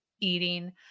eating